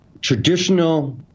traditional